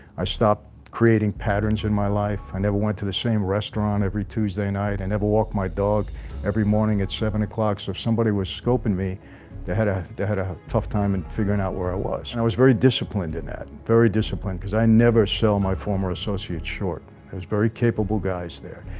i stop creating patterns in my life i never went to the same restaurant every tuesday night, and never walked my dog every morning at seven o'clock so if somebody was scoping me they had a they had a tough time in figuring out where i ah was and i was very disciplined in that very disciplined because i never sell my former associates short it was very capable guys there,